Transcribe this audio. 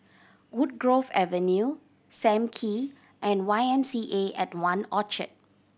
Woodgrove Avenue Sam Kee and Y M C A at One Orchard